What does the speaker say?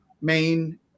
main